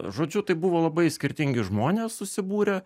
žodžiu tai buvo labai skirtingi žmonės susibūrę